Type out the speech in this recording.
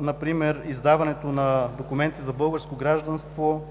Например: издаването на документи за българско гражданство;